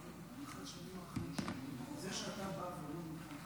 תודה, יושבת-ראש הישיבה.